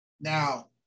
Now